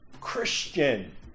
Christian